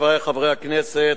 חברי חברי הכנסת,